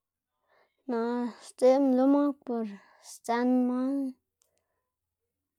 naꞌ dzeꞌbná lo mak por sdzën man.